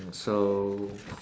so